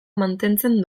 mantentzen